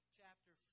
chapter